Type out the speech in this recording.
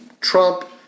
Trump